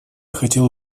хотел